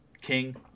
king